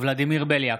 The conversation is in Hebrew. ולדימיר בליאק,